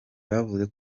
bavuze